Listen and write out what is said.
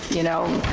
you know,